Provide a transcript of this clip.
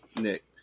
Nick